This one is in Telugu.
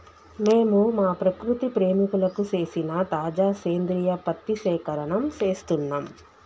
మేము మా ప్రకృతి ప్రేమికులకు సేసిన తాజా సేంద్రియ పత్తి సేకరణం సేస్తున్నం